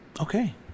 okay